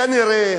כנראה,